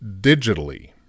digitally